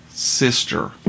Sister